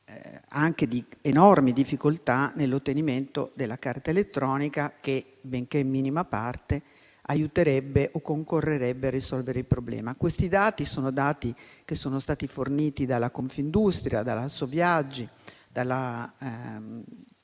anche di enormi difficoltà nell'ottenimento della carta d'identità elettronica che, benché in minima parte, aiuterebbe o concorrerebbe a risolvere il problema. Questi dati sono stati forniti da Confindustria e Assoviaggi, ma sono molti